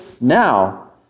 now